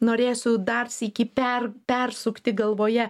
norėsiu dar sykį per persukti galvoje